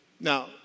Now